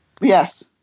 Yes